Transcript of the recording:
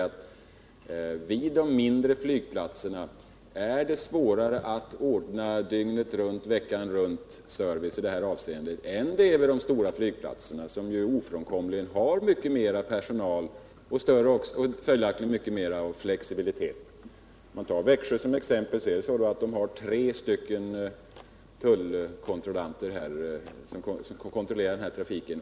Men vid de mindre flygplatserna är det svårare att ordna dygnet runt och veckan runt en service i detta avseende än vid de stora flygplatserna, som ofrånkomligen har mer personal och större möjligheter till flexibilitet. Växjö flygplats t.ex. har tre tullkontrollanter för flygtrafiken.